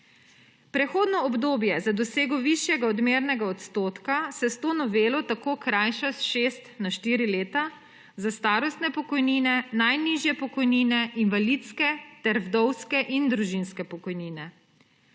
Prehodno obdobje za dosego višjega odmernega odstotka se s to novelo tako krajša s šestih na štiri leta za starostne pokojnine, najnižje pokojnine, invalidske ter vdovske in družinske pokojnine.